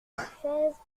chaises